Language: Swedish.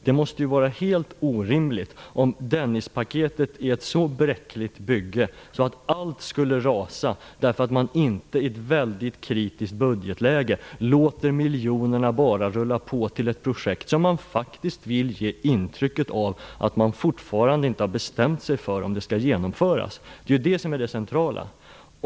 Det är helt orimligt att Dennispaketet är ett så bräckligt bygge att allt skulle rasa därför att man inte i ett mycket kritiskt budgetläge bara låter miljonerna rulla på till ett projekt, där man faktiskt vill ge intrycket av att man fortfarande inte har bestämt sig för om det skall genomföras. Detta är det centrala.